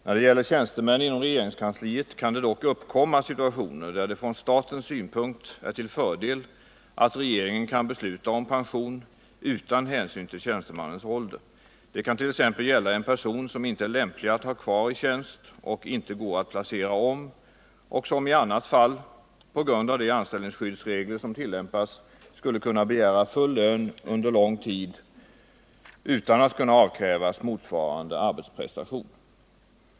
När det gäller tjänstemän inom regeringskansliet kan det dock uppkomma situationer där det från statens synpunkt är till fördel att regeringen kan besluta om pension utan hänsyn till tjänstemannens ålder. Det kant.ex. gälla en person som inte är lämplig att ha kvar i tjänst och inte går att placera om och som i annat fall — på grund av de anställningsskyddsregler som tillämpas — skulle kunna begära full lön under lång tid utan att kunna avkrävas motsvarande arbetsprestation.